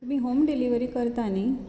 तुमी home delivery करता न्ही